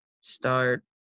start